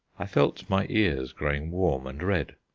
i felt my ears growing warm and red.